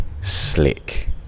slick